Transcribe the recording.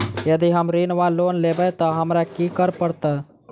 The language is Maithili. यदि हम ऋण वा लोन लेबै तऽ हमरा की करऽ पड़त?